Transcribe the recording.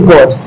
God